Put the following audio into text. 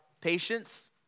patience